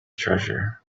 treasure